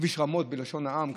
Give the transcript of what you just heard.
כביש רמות, בלשון העם.